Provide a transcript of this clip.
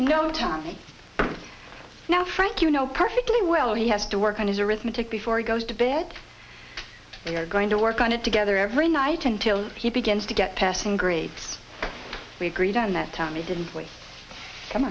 no time now frank you know perfectly well he has to work on his arithmetic before he goes to bed we are going to work on it together every night until he begins to get passing grades we agreed on that time we didn't